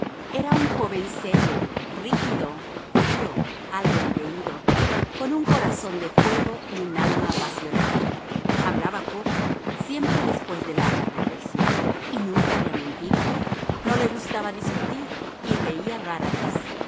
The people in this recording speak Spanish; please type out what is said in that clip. era un joven serio rígido frío algo engreído con un corazón de fuego y un alma apasionada hablaba poco siempre después de larga reflexión y nunca había mentido no le gustaba discutir y reía rara vez